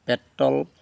petrol